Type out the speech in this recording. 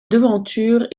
devanture